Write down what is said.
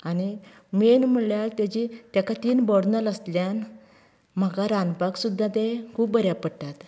आनी मेन म्हणल्यार तेची तेका तीन बर्नर आसल्यान म्हाका रांदपाक सुद्दां तें खूब बऱ्याक पडटात